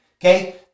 Okay